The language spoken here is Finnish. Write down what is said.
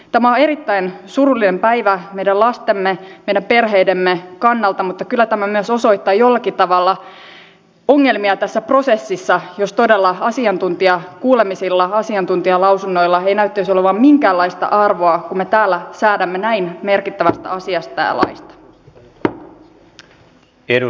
tämä on erittäin surullinen päivä meidän lastemme meidän perheidemme kannalta mutta kyllä tämä myös osoittaa jollakin tavalla ongelmia tässä prosessissa jos todella asiantuntijakuulemisilla asiantuntijalausunnoilla ei näyttäisi olevan minkäänlaista arvoa kun me täällä säädämme näin merkittävästä asiasta ja laista